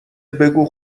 بگو